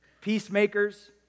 peacemakers